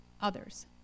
others